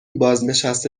بازنشسته